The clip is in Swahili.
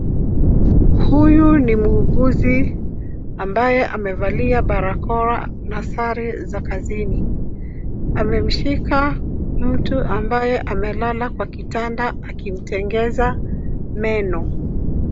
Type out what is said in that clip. Huyu ni muuguzi ambaye amevalia barakoa na sare za kazini. Amemshika mtu ambaye analala kwa kitanda akimtengeza meno.